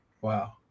Wow